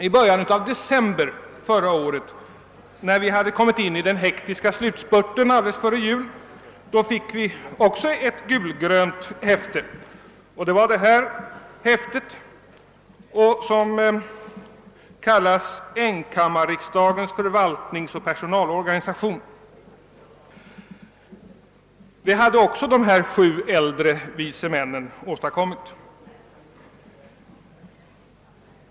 I början av december förra året, när vi hade kommit in i den hektiska slutspurten, fick vi också ett gulgrönt häfte; det kallades >»Enkammarriksdagens förvaltningsoch personalorganisation». Även detta betänkande hade de sju äldre vice männen åstadkommit.